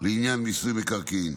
לעניין מיסוי מקרקעין.